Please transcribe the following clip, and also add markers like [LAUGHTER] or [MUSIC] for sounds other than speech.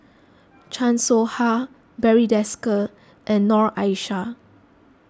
[NOISE] Chan Soh Ha Barry Desker and Noor Aishah